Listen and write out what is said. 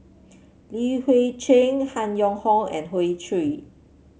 Li Hui Cheng Han Yong Hong and Hoey Choo